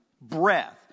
breath